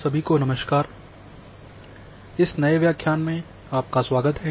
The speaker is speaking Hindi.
सभी को नमस्कार इस नए व्याख्यान में आपका स्वागत है